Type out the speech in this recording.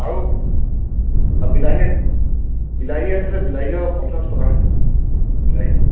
আৰু বিলাহী আছে বিলাহী বিলাহী পঞ্চাছ টকা বিলাহী